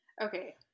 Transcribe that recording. Okay